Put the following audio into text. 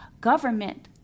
Government